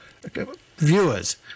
viewers